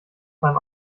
beim